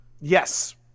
Yes